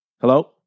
Hello